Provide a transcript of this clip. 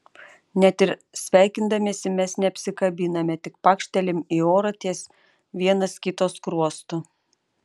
net ir sveikindamiesi mes neapsikabiname tik pakštelim į orą ties vienas kito skruostu